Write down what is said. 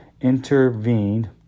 intervened